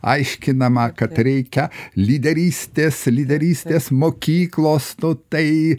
aiškinama kad reikia lyderystės lyderystės mokyklos nu tai